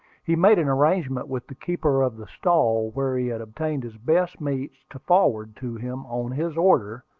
he made an arrangement with the keeper of the stall where he had obtained his best meats to forward to him, on his order,